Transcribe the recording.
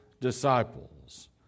disciples